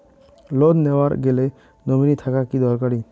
Loan নেওয়ার গেলে nominee থাকা কি দরকারী?